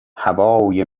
هوای